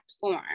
form